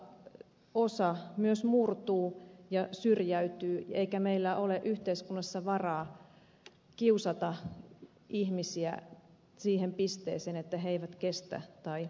mutta osa myös murtuu ja syrjäytyy eikä meillä ole yhteiskunnassa varaa kiusata ihmisiä siihen pisteeseen että he eivät kestä tai jaksa